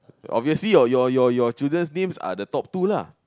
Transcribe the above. obviously your your your children's names are the top two lah